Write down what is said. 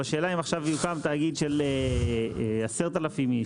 השאלה אם עכשיו יוקם תאגיד של 10,000 איש,